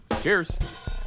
Cheers